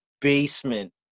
basement